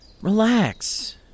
Relax